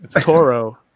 toro